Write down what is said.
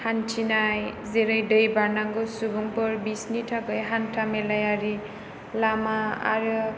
हान्थिनाय जेरै दै बारनांगौ सुबुंफोर बिसोरनि थाखाय हान्था मेलायारि लामा आरो